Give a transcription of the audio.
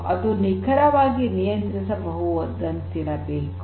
ಅದು ನಿಖರವಾಗಿ ನಿಯಂತ್ರಿಸಬಹುದಂತಿರಬೇಕು